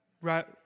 Right